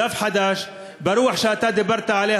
דף חדש ברוח שאתה דיברת עליה,